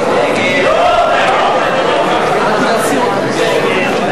ההסתייגות של קבוצת קדימה לסעיף 8 לא